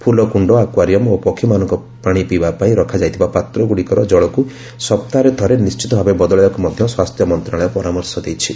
ଫୁଲକୁଣ୍ଡ aquarium ଓ ପକ୍ଷୀମାନଙ୍କ ପାଣି ପିଇବା ପାଇଁ ରଖାଯାଇଥିବା ପାତ୍ରଗୁଡ଼ିକର ଜଳକୁ ସପ୍ତାହରେ ଥରେ ନିଣ୍ଠିତଭାବେ ବଦଳାଇବାକୁ ମଧ୍ୟ ସ୍ୱାସ୍ଥ୍ୟ ମନ୍ତ୍ରାଳୟ ପରାମର୍ଶ ଦେଇଛି